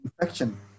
infection